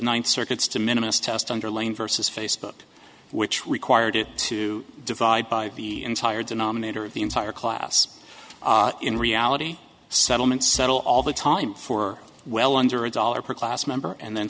ninth circuit's to minimise test underline versus facebook which required it to divide by the entire denominator of the entire class in reality settlements settle all the time for well under a dollar per class member and then